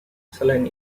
selain